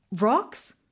Rocks